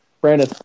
Brandon